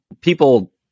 people